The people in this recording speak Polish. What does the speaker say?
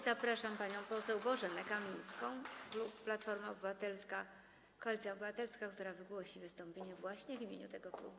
Zapraszam panią poseł Bożenę Kamińską, klub Platforma Obywatelska - Koalicja Obywatelska, która wygłosi wystąpienie właśnie w imieniu tego klubu.